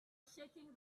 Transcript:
shaking